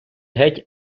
геть